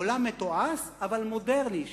עולם מתועש אבל מודרני,